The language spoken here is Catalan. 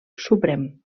suprem